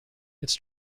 its